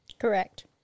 Correct